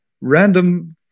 random